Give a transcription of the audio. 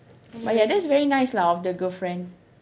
but ya that's very nice lah of the girlfriend